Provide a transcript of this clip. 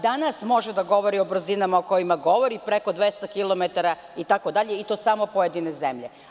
Danas može da govori o brzinama o kojima govori preko 200 kilometara itd. i to samo pojedine zemlje.